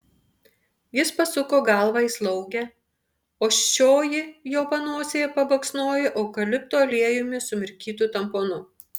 jis pasuko galvą į slaugę o šioji jo panosėje pabaksnojo eukalipto aliejumi sumirkytu tamponu